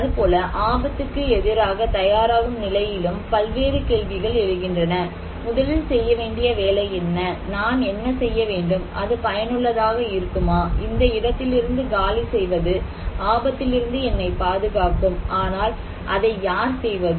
அதுபோல ஆபத்துக்கு எதிராக தயாராகும் நிலையிலும் பல்வேறு கேள்விகள் எழுகின்றன முதலில் செய்ய வேண்டிய வேலை என்ன நான் என்ன செய்ய வேண்டும் அது பயனுள்ளதாக இருக்குமா இந்த இடத்திலிருந்து காலி செய்வது ஆபத்திலிருந்து என்னை பாதுகாக்கும் ஆனால் அதை யார் செய்வது